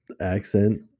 accent